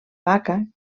vaca